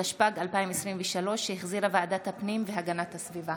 התשפ"ג 2023, שהחזירה ועדת הפנים והגנת הסביבה.